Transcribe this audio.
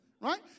Right